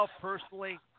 personally